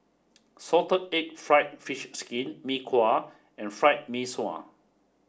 salted egg fried fish skin Mee Kuah and fried Mee Sua